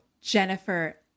Jennifer